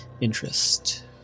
interest